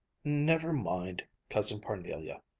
never mind, cousin parnelia,